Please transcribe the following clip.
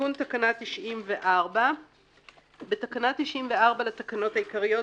תיקון תקנה 94. בתקנה 94 לתקנות העיקריות,